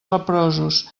leprosos